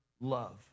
love